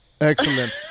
Excellent